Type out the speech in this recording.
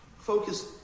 focus